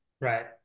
Right